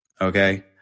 Okay